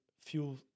fuel